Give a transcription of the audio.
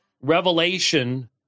revelation